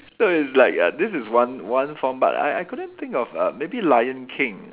so it's like uh this is one one form but I I couldn't think of uh maybe lion king